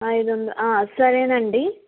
అయిదు వంద ఆ సరేనండి